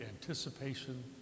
anticipation